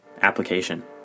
application